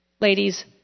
Ladies